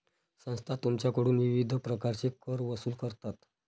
संस्था तुमच्याकडून विविध प्रकारचे कर वसूल करतात